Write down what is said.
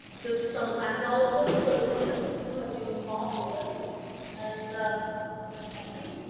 just some acknowledgements for students who have been involved in this and thank you.